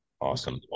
awesome